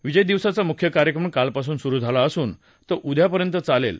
विजय दिवसाचा मुख्य कार्यक्रम कालपासून सुरु झाला असून तो उद्यापर्यंत चालेल